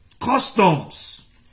Customs